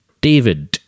David